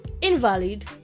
invalid